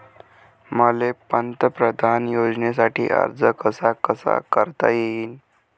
मले पंतप्रधान योजनेसाठी अर्ज कसा कसा करता येईन?